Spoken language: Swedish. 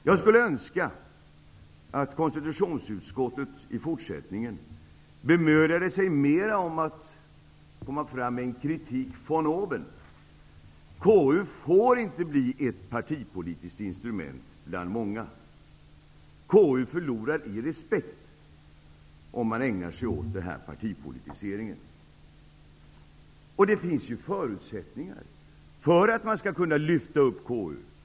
Jag skulle önska att konstitutionsutskottet i fortsättningen bemödade sig mer om att komma fram med en kritik von oben. Konstitutionsutskottet får inte bli ett partipolitiskt instrument bland många. Konstitutionsutskottet förlorar i respekt om det ägnar sig åt denna partipolitisering. Det finns ju förutsättningar för att man skall kunna lyfta upp konstitutionsutskottet.